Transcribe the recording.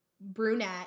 brunette